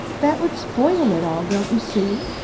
that would spoil it all, don't you see?